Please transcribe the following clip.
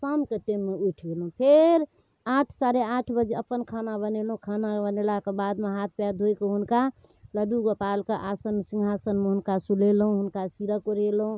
शामके टाइममे उठि गेलहुँ फेर आठ साढ़े आठ बजे अपन खाना बनेलहुँ खाना बनेलाक बादमे हाथ पाएर धोइकऽ हुनका लडडू गोपालके आसन सिँहासनमे हुनका सुतेलहुँ हुनका सीरक ओढ़ेलहुँ